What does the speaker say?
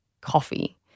coffee